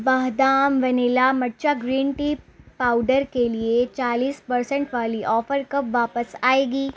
Vahdam vanilla matcha green tea powder کے لیے چالیس پرسینٹ والی آفر کب واپس آئے گی